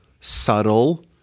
subtle